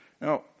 Now